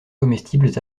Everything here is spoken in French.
comestibles